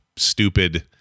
stupid